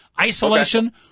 isolation